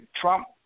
Trump